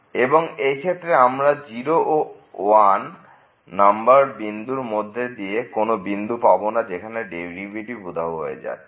এবং এই ক্ষেত্রে আমরা 0 ও 1 নম্বর বিন্দুর মধ্যে আর কোন বিন্দু পাবোনা যেখানে ডেরিভেটিভটি উধাও হয়ে যাচ্ছে